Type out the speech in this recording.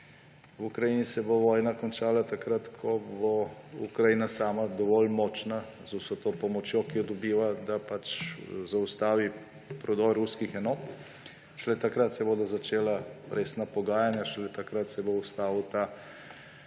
V Ukrajini se bo vojna končala takrat, ko bo Ukrajina sama dovolj močna, z vso to pomočjo, ki jo dobiva, da pač zaustavi prodor ruskih enot. Šele takrat se bodo začela resna pogajanja, šele takrat se bo ustavil ta